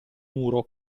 muro